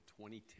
2010